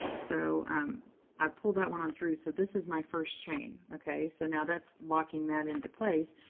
so i pulled that one on through. so this is my first chain. ok. so now, that's locking that into place.